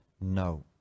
No